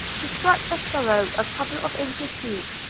to scratch a furrow a couple of inches deep,